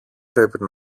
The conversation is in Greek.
πρέπει